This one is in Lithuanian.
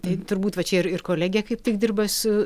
tai turbūt va čia ir ir kolegė kaip tik dirba su